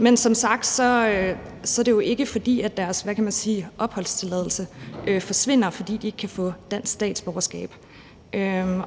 er det jo ikke sådan, at deres opholdstilladelse forsvinder, fordi de ikke kan få dansk statsborgerskab.